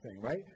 right